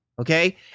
okay